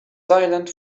silent